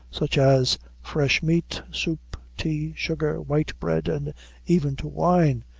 such as fresh meat, soup, tea, sugar white bread, and even to wine,